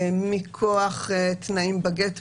מכוח תנאים בגט,